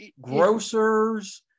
grocers